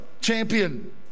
champion